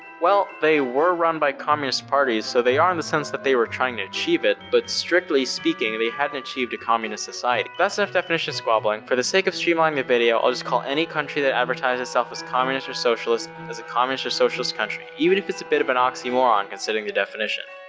well, they were run by communist parties, so they are in the sense that they were trying to achieve it, but strictly speaking they hadn't achieved a communist society. that's enough definition squabbling, for the sake of streamlining the video, i'll just call any country that advertised itself as communist or socialist as a communist or socialist country, even if it's a bit of an oxymoron, considering the definition,